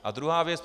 A druhá věc.